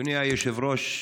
אדוני היושב-ראש,